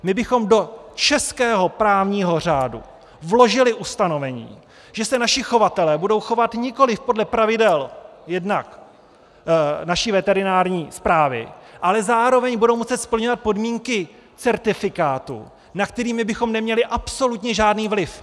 My bychom do českého právního řádu vložili ustanovení, že se naši chovatelé budou chovat nikoliv podle pravidel jednak naší veterinární správy, ale zároveň budou muset splňovat podmínky certifikátu, na který my bychom neměli absolutně žádný vliv.